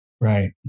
Right